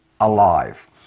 alive